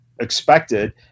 expected